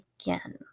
again